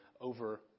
over